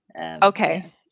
Okay